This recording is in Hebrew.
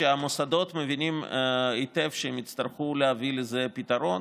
והמוסדות מבינים היטב שהם יצטרכו להביא לזה פתרון,